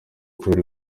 kubera